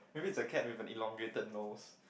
maybe it's a cat with an elongated nose